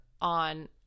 on